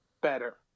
better